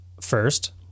first